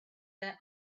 their